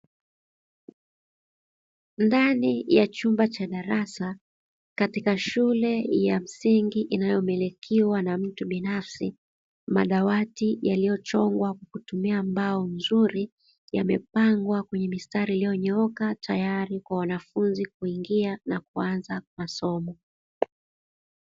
Ndani ya chumba cha darasa katika shule ya msingi inayomilikiwa na mtu binafsi madawati yaliyochongwa kutumia mbao mzuri yamepangwa kwenye mistari, iliyonyooka tayari kwa wanafunzi kuingia na kuanza masomo.